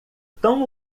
tão